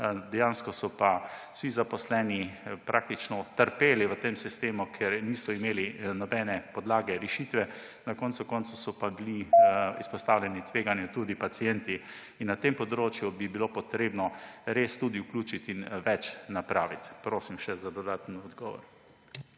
Dejansko so pa vsi zaposleni praktično trpeli v tem sistemu, ker niso imeli nobene podlage, rešitve. Na koncu koncev so pa bili izpostavljeni tveganju tudi pacienti. In na tem področju bi bilo potrebno res tudi vključiti in več napraviti. Prosim še za dodaten odgovor.